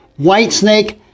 Whitesnake